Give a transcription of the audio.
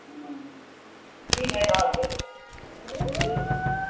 हूँ ठीक है दऽ देब बुझलियै